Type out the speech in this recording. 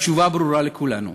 התשובה ברורה לכולנו.